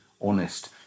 honest